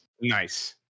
nice